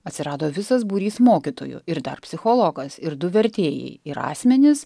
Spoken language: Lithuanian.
atsirado visas būrys mokytojų ir dar psichologas ir du vertėjai ir asmenys